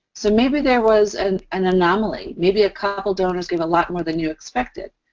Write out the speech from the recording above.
so, maybe there was an an anomaly. maybe a couple donors give a lot more than you expected.